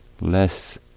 less